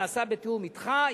נעשה בתיאום אתך,